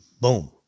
boom